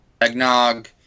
eggnog